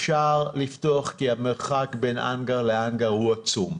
אפשר לפתוח כי המרחק בין האנגר להאנגר הוא עצום,